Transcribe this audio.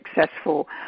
successful